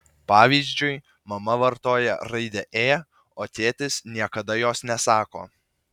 pavyzdžiui mama vartoja raidę ė o tėtis niekada jos nesako